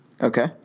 Okay